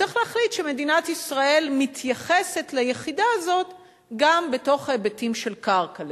וצריך להחליט שמדינת ישראל מתייחסת ליחידה הזאת גם בהיבטים של קרקע,